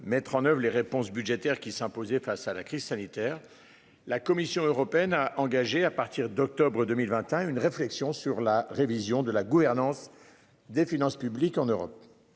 mettre en oeuvre les réponses budgétaires qui s'imposer face à la crise sanitaire. La Commission européenne a engagé à partir d'octobre 2021 une réflexion sur la révision de la gouvernance des finances publiques en Europe.